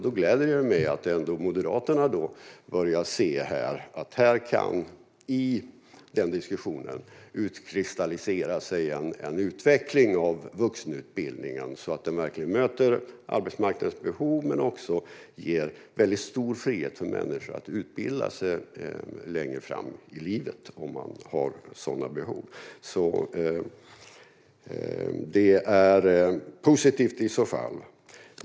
Jag gläds över att åtminstone Moderaterna har börjat se att det i diskussionen kan utkristalliseras en utveckling av vuxenutbildningen som gör att den verkligen möter arbetsmarknadens behov och ger människor en väldigt stor frihet att utbilda sig längre fram i livet om de har sådana behov. Det är i så fall positivt.